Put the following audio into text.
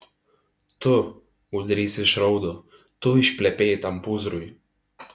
tu ūdrys išraudo tu išplepėjai tam pūzrui